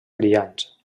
brillants